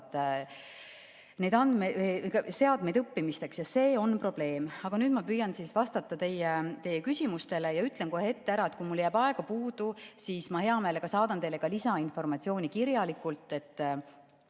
neid seadmeid õppimiseks, ja see on probleem. Aga nüüd ma püüan vastata teie küsimustele ja ütlen kohe ette ära, et kui mul jääb aega puudu, siis ma hea meelega saadan teile ka lisainformatsiooni kirjalikult, et